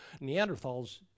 Neanderthals